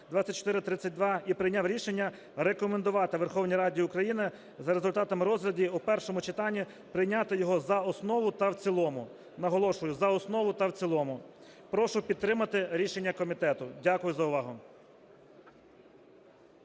2432 і прийняв рішення рекомендувати Верховній Раді України за результатами розгляду в першому читанні прийняти його за основу та в цілому, наголошую, за основу та в цілому. Прошу підтримати рішення комітету. Дякую за увагу.